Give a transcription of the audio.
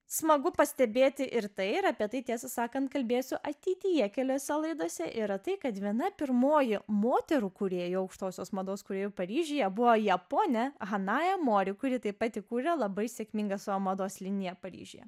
smagu pastebėti ir tai ir apie tai tiesą sakant kalbėsiu ateityje keliose laidose yra tai kad viena pirmoji moterų kūrėjų aukštosios mados kūrėjų paryžiuje buvo japonė hanae mori kuri taip pat įkūrė labai sėkmingą savo mados liniją paryžiuje